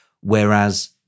Whereas